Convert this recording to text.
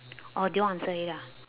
oh dion answered it ah